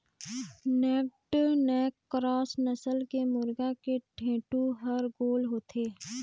naked neck cross नसल के मुरगा के ढेंटू हर गोल होथे